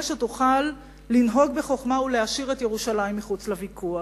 שתוכל לנהוג בחוכמה ולהשאיר את ירושלים מחוץ לוויכוח.